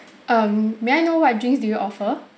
um may I know what drinks do you offer